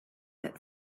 that